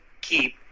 keep